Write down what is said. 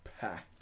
packed